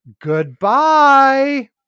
Goodbye